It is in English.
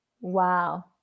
wow